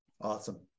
Awesome